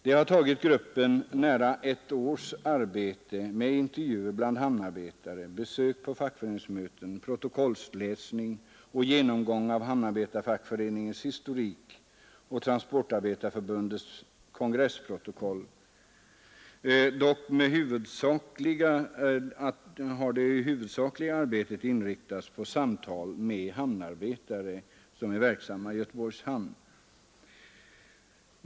Det har tagit gruppen nära ett års arbete med intervjuer bland hamnarbetare, besök på fackföreningsmöten, protokolläsning och genomgång av Hamnarbetarefackföreningens historik och Transportarbetareförbundets kongressprotokoll — dock har det huvudsakliga arbetet inriktats på samtal med hamnarbetare som är verksamma i Göteborgs hamn.